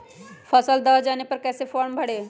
फसल दह जाने पर कैसे फॉर्म भरे?